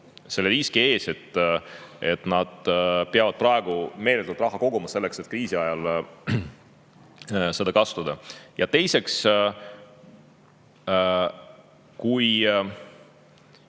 selle riski ees, et nad peavad praegu meeletult raha koguma selleks, et kriisi ajal seda kasutada. Ja teiseks, kui